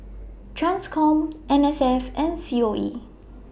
TRANSCOM N S F and C O E